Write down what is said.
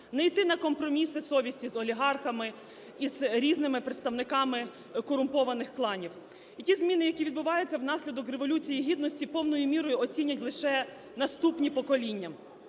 Не йти на компроміси совісті з олігархами і з різними представниками корумпованих кланів. І ті зміни, які відбуваються внаслідок Революції Гідності, повною мірою оцінять лише наступні покоління.